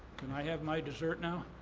can i have my dessert now?